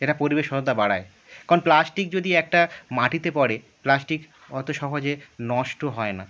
এটা পরিবেশ সহায়তা বাড়ায় কারণ প্লাস্টিক যদি একটা মাটিতে পড়ে প্লাস্টিক অত সহজে নষ্ট হয় না